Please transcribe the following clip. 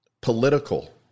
political